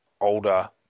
older